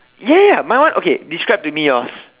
ya ya ya my one okay describe to me yours